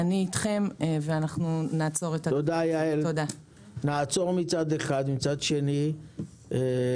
אני איתכם ואנחנו נעצור --- נעצור מצד אחד ומצד שני שיימצאו